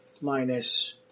minus